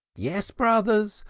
yes, brothers,